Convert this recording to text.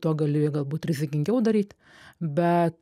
tuo gali galbūt rizikingiau daryt bet